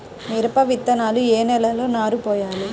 మిరప విత్తనాలు ఏ నెలలో నారు పోయాలి?